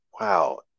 wow